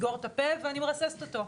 תסגור את הפה ואני מרססת אותו,